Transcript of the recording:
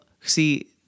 see